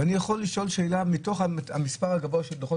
אני יכול לשאול שאלה מתוך מספר הדוחות